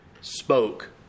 spoke